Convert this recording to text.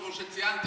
וכמו שציינת,